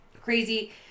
Crazy